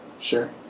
sure